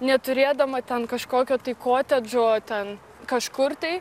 neturėdama ten kažkokio tai kotedžo ten kažkur tai